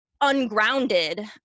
ungrounded